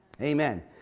Amen